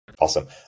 Awesome